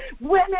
women